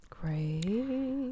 Great